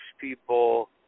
people